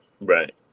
Right